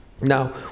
Now